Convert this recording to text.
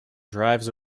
drives